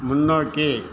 முன்னோக்கி